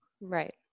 Right